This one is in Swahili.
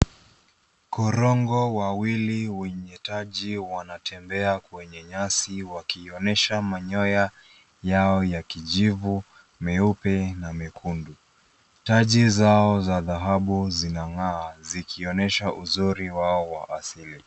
Korongo wawili wenye taji wanatembea kwenye nyasi wakionyesha manyoya yao ya kijivu, meupe na mekundu. Taji zao za dhahabu zinang'aa zikionyesha uzuri wao wa asili.